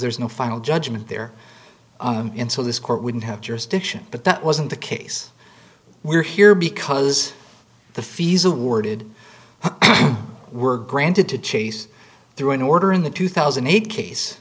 there's no final judgement there in so this court wouldn't have jurisdiction but that wasn't the case we're here because the fees awarded were granted to chase through an order in the two thousand